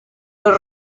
los